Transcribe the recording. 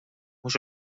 mhux